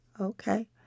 Okay